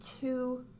two